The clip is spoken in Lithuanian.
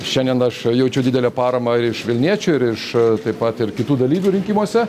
šiandien aš jaučiu didelę paramą ir iš vilniečių ir iš taip pat ir kitų dalyvių rinkimuose